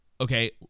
okay